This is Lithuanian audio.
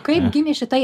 kaip gimė šita